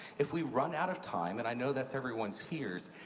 if we run out of time, and i know that's everyone's fears,